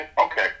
okay